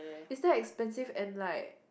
is damn expensive and like